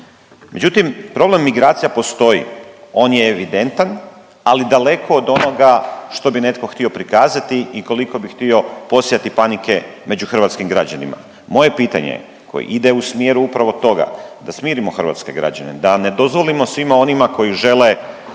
Međutim, problem migracija postoji on je evidentan, ali daleko od onoga što bi netko htio prikazati i koliko bi htio posijati panike među hrvatskim građanima. Moje pitanje koje ide u smjeru upravo toga da smirimo hrvatske građane, da ne dozvolimo svima onima koji žele